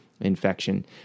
infection